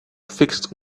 fixed